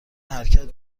حرکت